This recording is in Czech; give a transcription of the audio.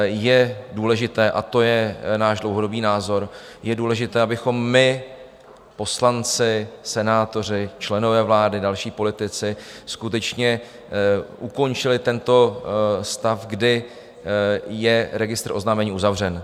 Je důležité a to je náš dlouhodobý názor abychom my, poslanci, senátoři, členové vlády, další politici, skutečně ukončili tento stav, kdy je registr oznámení uzavřen.